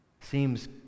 Seems